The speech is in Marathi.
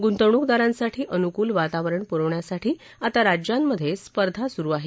गुंतवणूकदारांसाठी अनुकूल वातावरण पुरवण्यासाठी आता राज्यांमधे स्पर्धा सुरु आहे